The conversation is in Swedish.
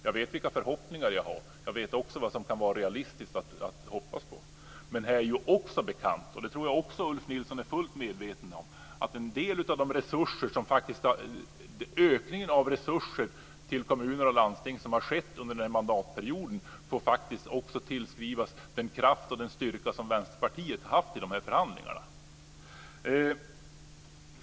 Jag vet vilka förhoppningar jag har. Jag vet också vad som kan vara realistiskt att hoppas på. Men det är också bekant - och det tror jag också att Ulf Nilsson är fullt medveten om - att en del av den ökning av resurser till kommuner och landsting som har skett under den här mandatperioden faktiskt också får tillskrivas den kraft och den styrka som Vänsterpartiet har haft i förhandlingarna.